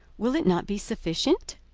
will it not be sufficient?